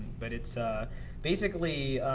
but it's basically,